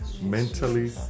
mentally